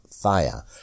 fire